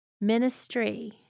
Ministry